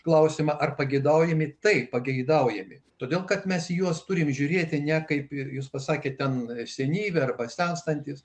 klausimą ar pageidaujami tai pageidaujami todėl kad mes juos turime žiūrėti ne kaip į jus pasakė ten senyvi arba senstantys